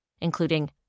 including